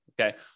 Okay